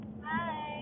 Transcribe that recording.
Hi